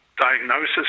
diagnosis